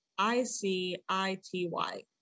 i-c-i-t-y